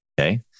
Okay